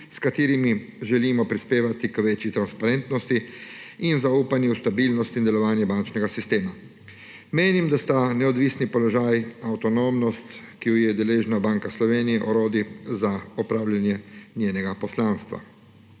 s katerimi želimo prispevati k večji transparentnosti in zaupanju v stabilnost in delovanje bančnega sistema. Menim, da sta neodvisni položaj in avtonomnost, ki ju je deležna Banka Slovenije, orodji za opravljanje njenega poslanstva.